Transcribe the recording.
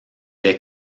est